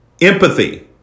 Empathy